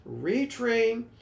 retrain